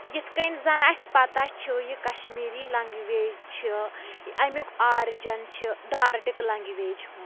یِتھٕ کٔنۍ زَن اَسہِ پَتاہ چھُ یہِ کَشمیٖری لَنٛگویج چھِ امیُک آرجَن چھُ ڈارڈِک لَنٛگویج ہُنٛد